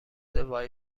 وای